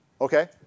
Okay